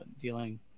dealing